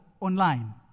online